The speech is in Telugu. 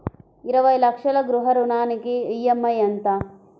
ఇరవై లక్షల గృహ రుణానికి ఈ.ఎం.ఐ ఎంత?